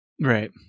right